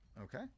Okay